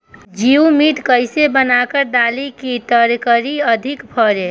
जीवमृत कईसे बनाकर डाली की तरकरी अधिक फरे?